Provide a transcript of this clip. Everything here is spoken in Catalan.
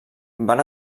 van